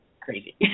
crazy